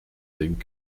ding